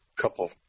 couple